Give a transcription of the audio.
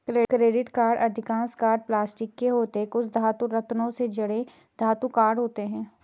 credit card अधिकांश card plastic के होते हैं, कुछ धातु, रत्नों से जड़े धातु कार्ड होते हैं